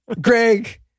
Greg